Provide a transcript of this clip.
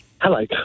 Hello